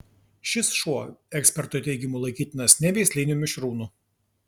šis šuo ekspertų teigimu laikytinas neveisliniu mišrūnu